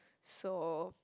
so